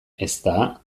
ezta